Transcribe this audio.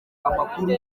amakuru